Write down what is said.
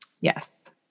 Yes